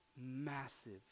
Massive